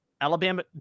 Alabama